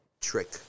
trick